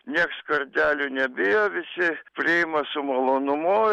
nieks kardelių nebijo visi priima su malonumu